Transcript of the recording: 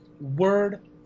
word